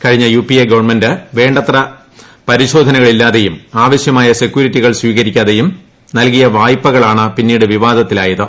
കഴിഞ്ഞ UPA government വേണ്ടത്ര പരിശോധനകളില്ലാതെയും ആവശ്യമായ സെക്യൂരിറ്റികൾ സ്വീകരിക്കാതെയും നല്കിയ വായ്പകളാണ് പിന്നീട് വിവാദത്തിലായത്